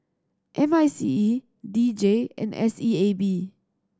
M I C E D J and S E A B